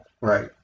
Right